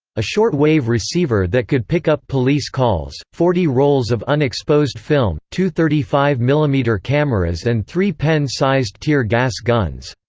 a short wave receiver that could pick up police calls, forty rolls of unexposed film, two thirty five millimeter cameras and three pen-sized tear gas guns.